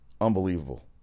Unbelievable